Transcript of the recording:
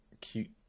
cute